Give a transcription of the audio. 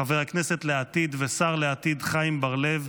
חבר הכנסת לעתיד והשר לעתיד חיים בר-לב,